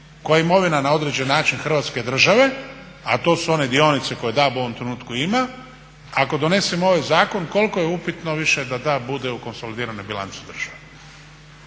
koja je imovina na određeni način Hrvatske države, a to su one dionice koje DAB u ovom trenutku ima, ako donesemo ovaj zakon koliko je upitno više da DAB bude u konsolidiranoj bilanci države?